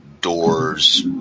doors